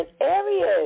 areas